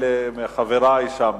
אלה מחברי שם